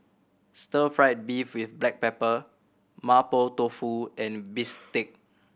stir fried beef with black pepper Mapo Tofu and bistake